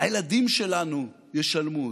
הילדים שלנו ישלמו אותה.